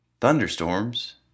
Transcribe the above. thunderstorms